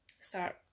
start